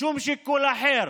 שום שיקול אחר